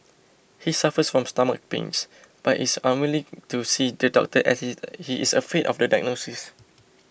he suffers from stomach pains but is unwilling to see the doctor as he is afraid of the diagnosis